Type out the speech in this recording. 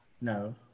No